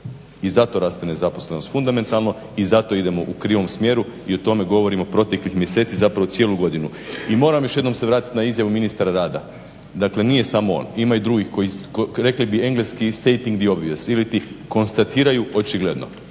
I zato raste nezaposlenost fundamentalno i zato idemo u krivom smjeru. I o tome govorimo proteklih mjeseci, zapravo cijelu godinu. I moram još jednom se vratiti na izjavu ministra rada, dakle nije samo on, ima i drugih koji rekli bi engleski stating the obvious iliti konstatiraju očigledno.